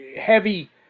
heavy